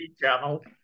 channel